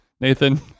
Nathan